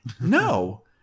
No